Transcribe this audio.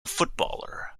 footballer